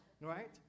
right